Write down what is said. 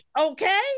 Okay